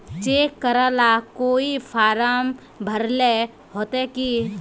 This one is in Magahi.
चेक करेला कोई फारम भरेले होते की?